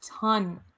ton